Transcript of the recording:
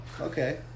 Okay